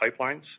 Pipelines